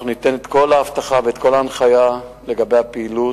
אנחנו ניתן את כל האבטחה ואת ההנחיה לגבי הפעילות,